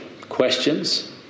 questions